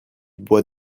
boit